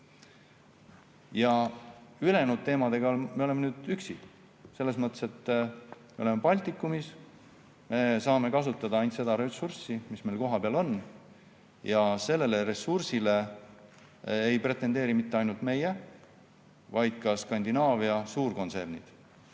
teemadega me oleme üksi. Me asume Baltikumis ja saame kasutada ainult seda ressurssi, mis meil kohapeal on. Sellele ressursile ei pretendeeri mitte ainult meie, vaid ka Skandinaavia suurkontsernid,